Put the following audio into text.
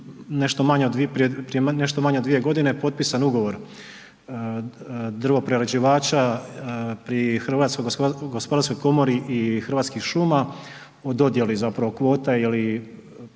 nešto manje od 2 g. je potpisan ugovor drvoprerađivača pri HGK i Hrvatskih šuma u dojeli zapravo kvota ili